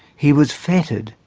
he was fettered,